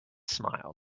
smiled